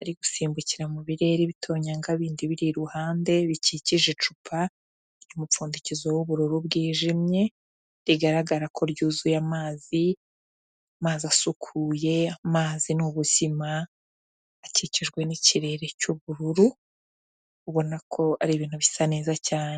ari gusimbukira mu birere bitonyanga bindi biri iruhande bikikije icupa, umupfundikizo w'ubururu bwijimye, rigaragara ko ryuzuye amazi, amazi asukuye, amazi ni ubuzima, akikijwe n'ikirere cy'ubururu, ubona ko ari ibintu bisa neza cyane.